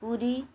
Puri